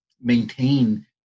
maintain